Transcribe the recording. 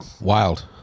Wild